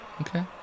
Okay